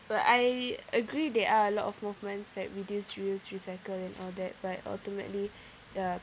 but I agree there are a lot of movements like reduce reuse recycle and all that but ultimately ya